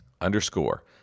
Underscore